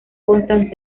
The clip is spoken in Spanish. constan